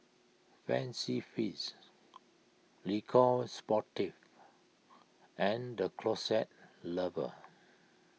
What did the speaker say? Fancy Feast Le Coq Sportif and the Closet Lover